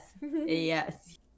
yes